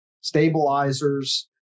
stabilizers